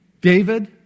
David